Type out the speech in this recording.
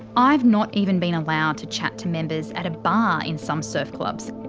i've not even been allowed to chat to members at a bar in some surf clubs,